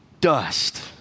dust